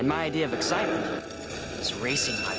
my idea of excitement was racing